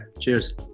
cheers